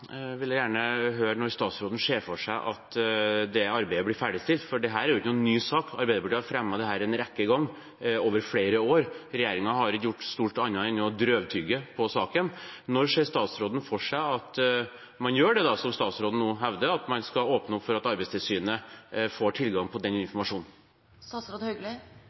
gjerne høre når statsråden ser for seg at arbeidet blir ferdigstilt, for dette er ikke en ny sak. Arbeiderpartiet har fremmet dette en rekke ganger over flere år; regjeringen har ikke gjort stort annet enn å drøvtygge på saken. Når ser statsråden for seg at man gjør det som statsråden nå hevder, og åpner for at Arbeidstilsynet får tilgang til den